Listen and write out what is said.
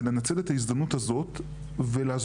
זה לנצל את ההזדמנות הזאת ולעזור,